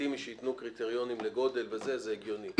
לגיטימי שייתנו קריטריונים לגודל, זה הגיוני.